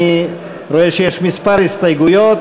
אני רואה שיש כמה הסתייגויות.